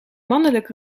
mannelijk